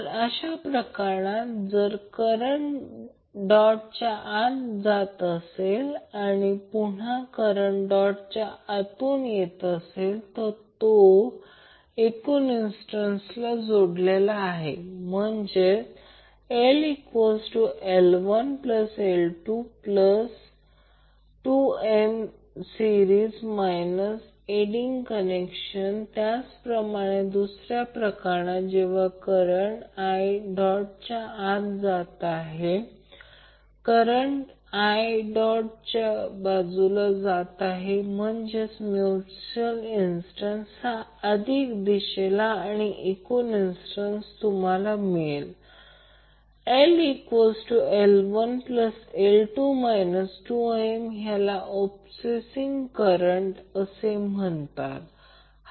तर अशा प्रकरणात जर करंट डॉटच्या आत जात असेल आणि पुन्हा करंट डॉटच्या जातो तर तो एकूण इन्ड़टन्सला जोडलेला होतो म्हणजेच LL1L22M⇒Series aidingconnection त्याचप्रमाणे दुसऱ्या प्रकरणात जेव्हा प्रवाह i डॉटच्या आत जात आहे आणि करंट i पुन्हा डॉटला सोडून जात आहे म्हणजेच म्यूच्यूअल इन्ड़टन्स ही अधिक दिशेला आणि एकूण इन्ड़टन्स तुम्हाला मिळेल जीLL1L2 2M याला अप्पोसींग कनेक्शन करंट म्हणतात